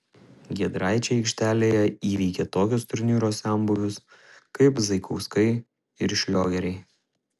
giedraičiai aikštelėje įveikė tokius turnyro senbuvius kaip zaikauskai ir šliogeriai